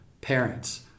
parents